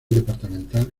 departamental